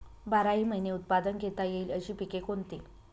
बाराही महिने उत्पादन घेता येईल अशी पिके कोणती?